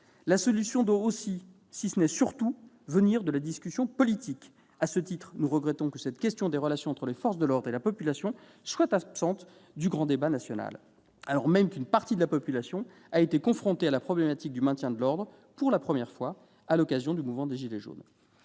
La solution doit aussi, si ce n'est surtout, venir de la discussion politique. À ce titre, nous regrettons que cette question des relations entre les forces de l'ordre et la population soit absente du grand débat national, alors même qu'une partie de la population a été confrontée à la problématique du maintien de l'ordre pour la première fois à l'occasion du mouvement des « gilets jaunes